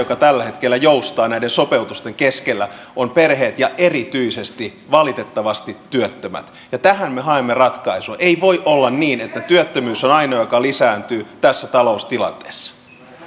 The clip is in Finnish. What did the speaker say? joka tällä hetkellä joustaa näiden sopeutusten keskellä ovat perheet ja valitettavasti erityisesti työttömät ja tähän me haemme ratkaisua ei voi olla niin että työttömyys on ainoa joka lisääntyy tässä taloustilanteessa